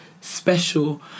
special